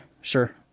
sure